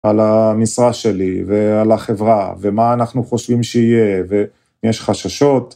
על המשרה שלי, ועל החברה, ומה אנחנו חושבים שיהיה, ויש חששות.